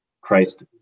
Christ